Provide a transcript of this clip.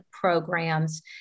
programs